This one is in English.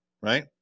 Right